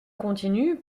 continue